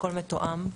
הכול מתואם.